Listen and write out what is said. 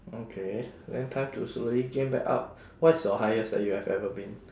okay then time to slowly gain back up what's your highest that you have ever been